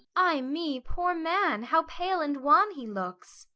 ay me, poor man, how pale and wan he looks!